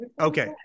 Okay